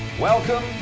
Welcome